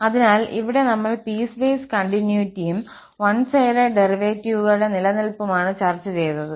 അതിനാൽ ഇവിടെ നമ്മൾ പീസ്വൈസ് കണ്ടിന്യൂറ്റിയും വൺ സൈഡഡ് ഡെറിവേറ്റീവുകളുടെ നിലനിൽപ്പുമാണ് ചർച്ച ചെയ്തത്